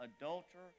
adulterer